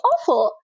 awful